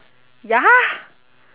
ya